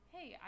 Hey